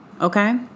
Okay